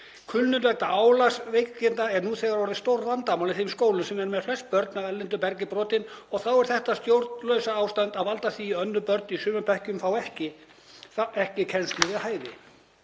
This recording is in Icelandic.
Kulnun vegna álagsveikinda er nú þegar orðið stórvandamál í þeim skólum sem eru með flest börn af erlendu bergi brotin og þá er þetta stjórnlausa ástand að valda því að önnur börn í sumum bekkjum fá þá ekki kennslu við hæfi.